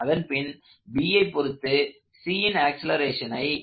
அதன்பின் Bஐ பொருத்து Cன் ஆக்ஸலரேஷனை கணக்கிட்டு சேர்க்க வேண்டும்